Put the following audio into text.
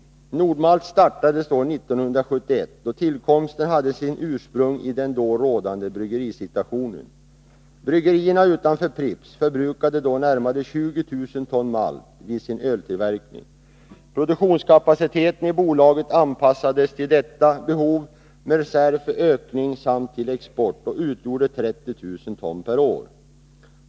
Nord-Malt startades år 1971, och tillkomsten hade sitt ursprung i den då rådande bryggerisituationen. Bryggerierna utanför Pripps förbrukade då närmare 20 000 ton malt vid sin öltillverkning. Produktionskapaciteten i bolaget anpassades till detta behov med reserv för ökning samt till export och utgjorde 30 000 ton per år.